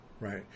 Right